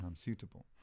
suitable